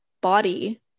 body